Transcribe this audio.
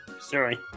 Sorry